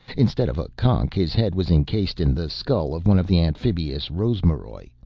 instead of a conch, his head was encased in the skull of one of the amphibious rosmaroj,